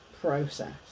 process